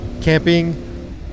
Camping